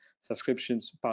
subscriptions